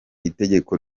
itegeko